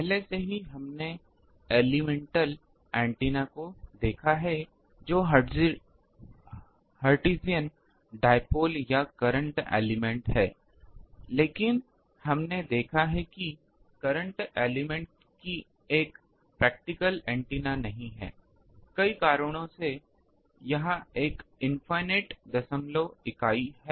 पहले से ही हमने एलेमेंटल ऐन्टेना को देखा है जो हर्ट्ज़ियन डाइपोल या करंट एलिमेंट है लेकिन हमने देखा है कि करंट एलिमेंट एक प्रैक्टिकल एंटेना नहीं है कई कारणों से यह एक इनफिनिट दशमलव लंबाई है